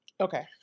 Okay